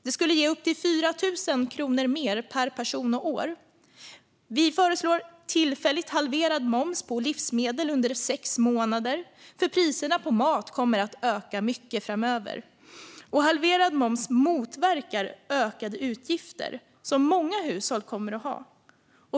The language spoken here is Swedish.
Det skulle ge upp till 4 000 kronor mer per person och år. Vi föreslår tillfälligt halverad moms på livsmedel under sex månader, eftersom priserna på mat kommer att öka mycket framöver. Halverad moms motverkar ökade utgifter som många hushåll kommer att ha.